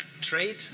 trade